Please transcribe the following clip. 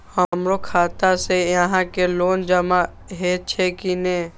हमरो खाता से यहां के लोन जमा हे छे की ने?